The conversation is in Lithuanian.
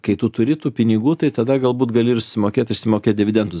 kai tu turi tų pinigų tai tada galbūt gali ir susimokėt išsimokėt dividendus